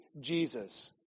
Jesus